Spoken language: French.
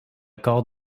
corps